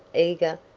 eager,